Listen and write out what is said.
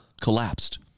collapsed